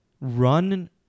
run